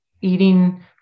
eating